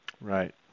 Right